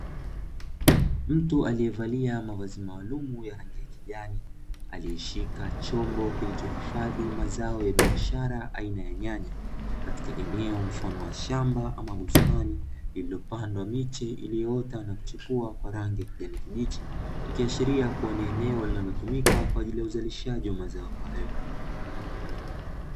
Mtu alievalia mavazi ya maalumu ya rangi ya kijani, alieshika chombo kilchohifadhi mazao ya biashara aina ya nyanya, katika eneo la shamba ama bustani, iliyopandwa miche iliyoota na kuchipua kwa rangi ya kijani kibichi, ikihashiria kua ni eneo linalotumika kwaajili ya uzalishaji wa mazao hayo.